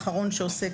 האחרון שעוסק